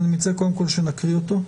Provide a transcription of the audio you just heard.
אני מציע שנקריא אותו,